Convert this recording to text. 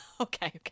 Okay